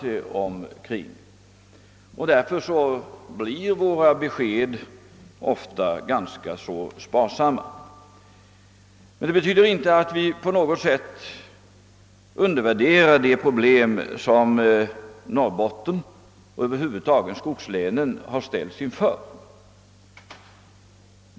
Därför blir våra besked ofta ganska sparsamma. Men detta betyder inte att vi på något sätt undervärderar de problem som Norrbotten och skogslänen över huvud taget har ställts inför.